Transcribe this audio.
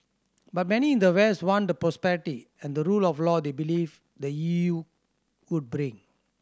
but many in the west want the prosperity and the rule of law they believe the E U would bring